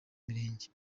mirenge